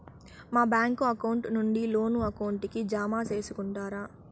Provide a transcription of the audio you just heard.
మా bank account నుండి loan account కి జామ సేసుకుంటారా?